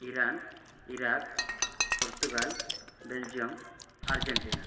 Iraq Iran Portugal Belgium Argentina